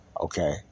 okay